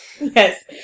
Yes